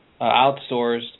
outsourced